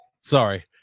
sorry